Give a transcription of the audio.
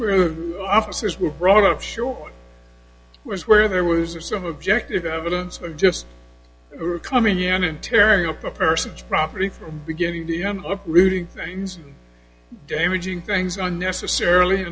were officers were brought up show was where there was some objective evidence of just coming in and tearing up a person's property from beginning to end up looting things damaging things unnecessarily